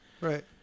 Right